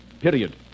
period